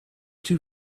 too